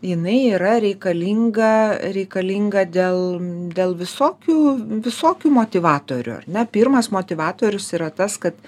jinai yra reikalinga reikalinga dėl dėl visokių visokių motivatorių ar ne pirmas motivatorius yra tas kad